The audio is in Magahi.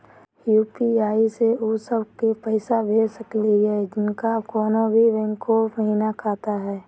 यू.पी.आई स उ सब क पैसा भेज सकली हई जिनका कोनो भी बैंको महिना खाता हई?